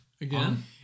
Again